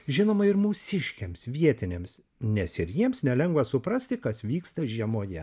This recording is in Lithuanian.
žinoma ir mūsiškiams vietiniams nes ir jiems nelengva suprasti kas vyksta žiemoje